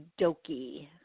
dokie